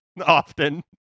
often